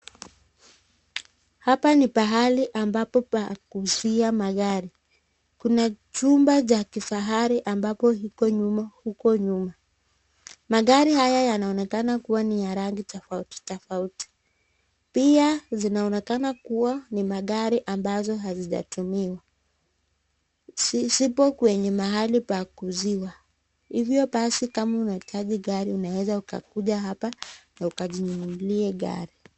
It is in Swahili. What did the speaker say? Hapa ni pahali ambapo pa kuuzia magari kuna chumba cha kifahari ambapo iko humu huko nyuma. Magari haya yanaonekana kuwa ni ya rangi tofauti tofauti pia zinaonekana kuwa ni magari ambazo hazijatumiwa. Zipo kwenye mahali pa kuuziwa hivyo basi kama unahitaji gari unaweza ukakuja hapa na ukajinunulie gari.